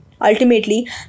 Ultimately